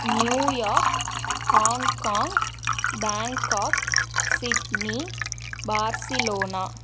New York Hong Kong Bangkok Sydney Barcelona